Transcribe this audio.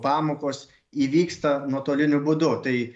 pamokos įvyksta nuotoliniu būdu tai